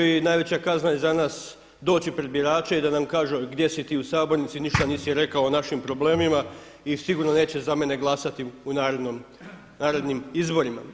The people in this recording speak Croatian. I najveća kazna je za nas doći pred birače i da nam kažu, a gdje si ti u sabornici ništa nisi rekao o našim problemima i sigurno neće za mene glasati u narednim izborima.